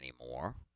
anymore